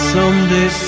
Someday